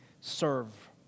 serve